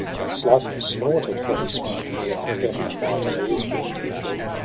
and sleipner snorted, for he smelt the air of heaven and mightily, as wing'd, he flew.